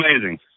amazing